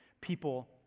people